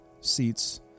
seats